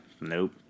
Nope